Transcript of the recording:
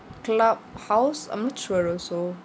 club house I'm not sure also